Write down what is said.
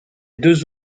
deux